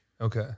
Okay